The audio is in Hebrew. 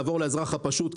לעבור לאזרח הפשוט.